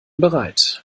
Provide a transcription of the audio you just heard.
bereit